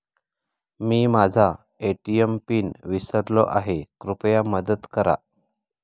मी माझा ATM PIN विसरलो आहे, कृपया मदत करा